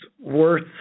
worth